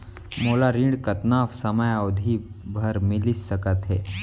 मोला ऋण कतना समयावधि भर मिलिस सकत हे?